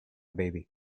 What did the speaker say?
baby